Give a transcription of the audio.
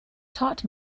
taught